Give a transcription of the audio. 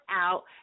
out